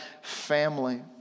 family